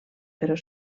però